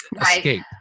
escape